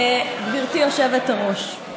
גברתי היושבת-ראש,